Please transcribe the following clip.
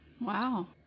Wow